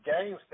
games